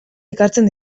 ekartzen